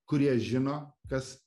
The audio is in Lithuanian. kurie žino kas